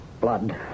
blood